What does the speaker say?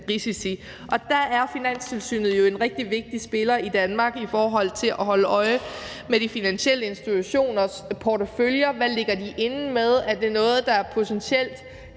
risici, og der er Finanstilsynet jo en rigtig vigtig spiller i Danmark i forhold til at holde øje med de finansielle institutioners porteføljer – hvad ligger de inde med, og er det noget, der potentielt